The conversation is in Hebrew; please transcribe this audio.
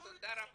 תודה רבה.